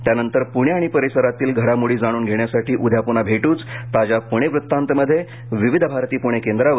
त्यानंतर पुणे आणि परिसरातील घडामोडी जाणून घेण्यासाठी उद्या पून्हा भेट्रच ताज्या पुणे वृत्तांतमध्ये विविध भारती पुणे केंद्रावर